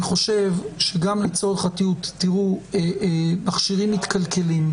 4. מכשירים מתקלקלים,